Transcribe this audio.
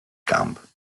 camp